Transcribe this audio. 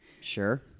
Sure